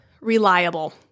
reliable